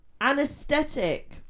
anesthetic